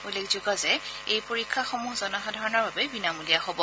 উল্লেখযোগ্য যে এই পৰীক্ষাসমূহ জনসাধাৰণৰ বাবে বিনামূলীয়া হব